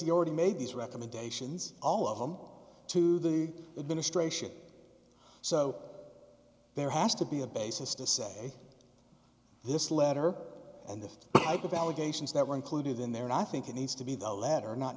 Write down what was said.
he already made these recommendations all of them to the administration so there has to be a basis to say this letter and the type of allegations that were included in there and i think it needs to be the letter not